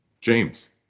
James